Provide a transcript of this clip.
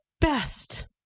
best